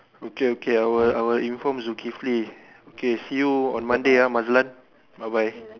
okay okay I will I will inform Zukifli okay see you on Monday ah Mazlan bye bye